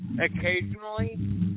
occasionally